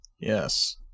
Yes